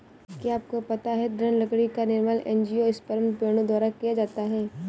क्या आपको पता है दृढ़ लकड़ी का निर्माण एंजियोस्पर्म पेड़ों द्वारा किया जाता है?